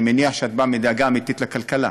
אני מאמין שאת באה מדאגה אמיתית לכלכלה,